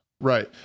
right